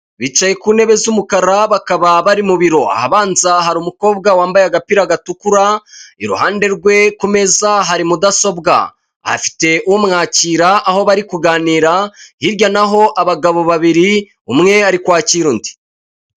Bicaye ku ntebe z'umukara bakaba bari mu biro ahabanza hari umukobwa wambaye agapira gatukura iruhande rwe ku meza hari mudasobwa. Afite umwakira aho bari kuganira hirya nahoho abagabo babiri umwe ari kwakira undi.